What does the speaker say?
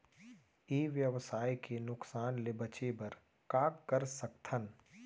ई व्यवसाय के नुक़सान ले बचे बर का कर सकथन?